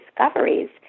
discoveries